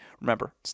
remember